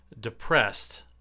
depressed